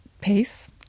pace